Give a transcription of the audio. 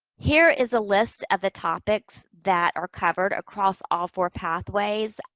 here is a list of the topics that are covered across all four pathways.